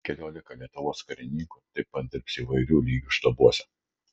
keliolika lietuvos karininkų taip pat dirbs įvairių lygių štabuose